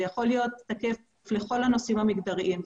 זה יכול להיות תקף לכל הנושאים המגדריים,